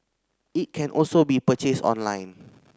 it can also be purchased online